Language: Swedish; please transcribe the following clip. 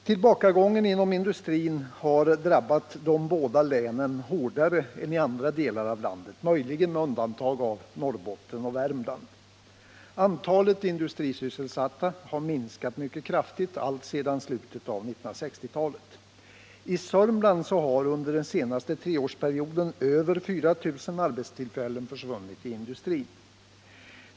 Tillbakagången inom industrin har drabbat de båda länen hårdare än andra delar av landet, möjligen med undantag av Norrbotten och Värmland. Antalet industrisysselsatta har minskat mycket kraftigt alltsedan slutet av 1960-talet. I Sörmland har under den senaste treårsperioden över 4 000 arbetstillfällen i industrin försvunnit.